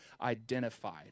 identified